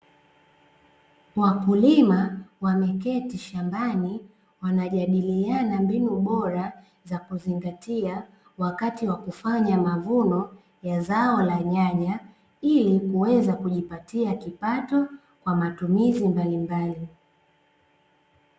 Wakulima wameketi shambani wanajadiliana mbinu Bora za kuzingatia wakati wa kufanya mavuno ya zao la nyanya ,ili kuweza kujipatia kipato kwa matumizi mbalimbali.